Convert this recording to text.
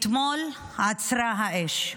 אתמול עצרה האש.